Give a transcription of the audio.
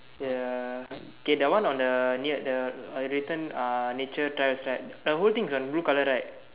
ya okay that one on the near the uh return uh nature trails right the whole thing is on blue colour right